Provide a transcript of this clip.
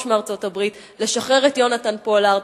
מארצות-הברית לשחרר את יונתן פולארד,